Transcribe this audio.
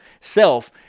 Self